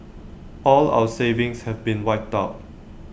all our savings have been wiped out